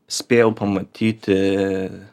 spėjau pamatyti